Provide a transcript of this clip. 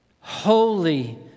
holy